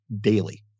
daily